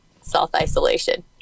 self-isolation